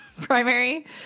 primary